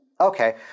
Okay